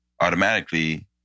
automatically